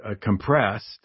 compressed